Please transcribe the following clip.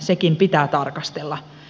sekin pitää tarkastella